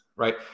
right